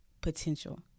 potential